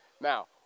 Now